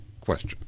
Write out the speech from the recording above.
question